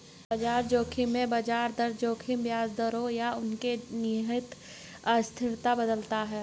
बाजार जोखिम में ब्याज दर जोखिम ब्याज दरों या उनके निहित अस्थिरता बदलता है